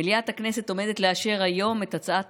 מליאת הכנסת עומדת לאשר היום את הצעת